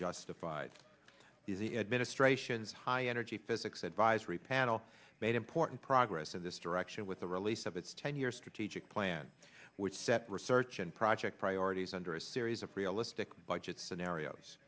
justified the administration's high energy physics advisory panel made important progress in this direction with the release of its ten year strategic plan which set research and project priorities under a series of realistic budget scenarios